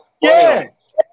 Yes